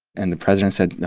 and the president said, now,